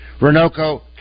Renoco